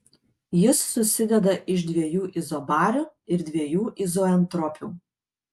jis susideda iš dviejų izobarių ir dviejų izoentropių